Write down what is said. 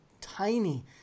tiny